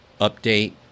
update